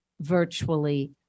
virtually